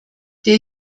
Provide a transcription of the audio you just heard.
der